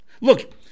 look